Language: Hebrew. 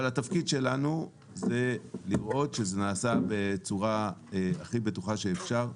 אבל התפקיד שלנו זה לראות שזה נעשה בצורה הכי בטוחה שאפשר,